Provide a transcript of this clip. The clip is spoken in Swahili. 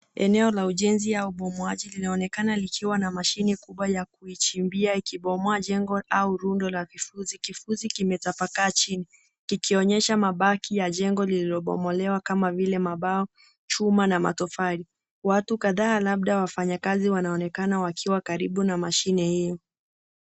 Eneo la ujenzi au ubomoaji linaonekana likiwa na mashine kubwa ya kuichimbia ikibomoa jengo au rundo la kifusi. Kifusi kimetapakaa chini kikionyesha mabaki ya jengo lililobomolewa kama vile mabao, chuma na matofali. Watu kadhaa labda wafanyikazi wanaonekana wakiwa karibu na mashine hio.